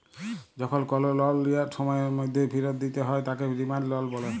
যখল কল লল লিয়ার কম সময়ের ম্যধে ফিরত দিতে হ্যয় তাকে ডিমাল্ড লল ব্যলে